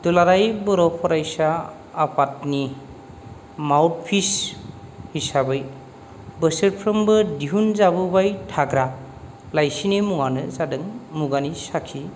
दुलाराय बर' फरायसा आफादनि मावथफिस हिसाबै बोसोरफ्रोमबो दिहुनजाबोबाय थाग्रा लाइसिनि मुङानो जादों मुगानि साखि